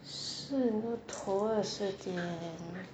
四你的头啊四点